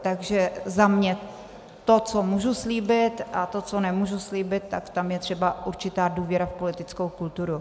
Takže za mě to, co můžu slíbit, a to, co nemůžu slíbit, tak tam je třeba určitá důvěra v politickou kulturu.